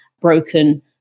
broken